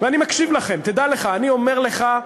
ואני מקשיב לכם, תדע לך, אני אומר לך,